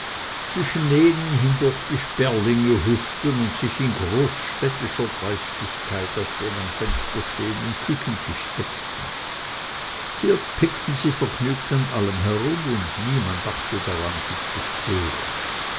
zwischen denen hindurch die sperlinge huschten und sich in großstädtischer dreistigkeit auf den am fenster stehenden küchentisch setzten hier pickten sie vergnügt an allem herum und niemand dachte daran sie zu stören